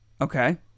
Okay